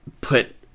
put